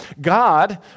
God